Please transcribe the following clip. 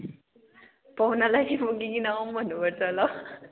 पाहुनालाई बोकिकन आऊ भन्नुपर्छ होला हौ